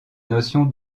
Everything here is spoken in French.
notion